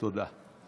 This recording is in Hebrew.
תודה.